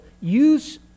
use